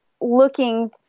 looking